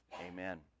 Amen